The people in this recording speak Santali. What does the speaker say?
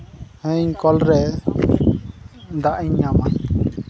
ᱦᱮᱸ ᱤᱧ ᱠᱚᱞᱨᱮ ᱫᱟᱜ ᱤᱧ ᱧᱟᱢᱟ